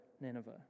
Nineveh